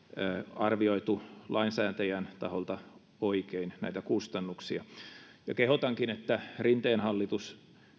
lainsäätäjän taholta arvioitu oikein näitä kustannuksia kehotankin että rinteen hallitus